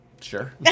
Sure